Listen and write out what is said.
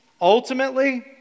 ultimately